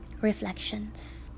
reflections